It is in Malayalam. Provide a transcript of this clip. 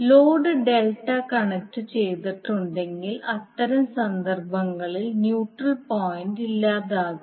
ലോഡ് ഡെൽറ്റ കണക്റ്റുചെയ്തിട്ടുണ്ടെങ്കിൽ അത്തരം സന്ദർഭങ്ങളിൽ ന്യൂട്രൽ പോയിന്റ് ഇല്ലാതാകും